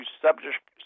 subject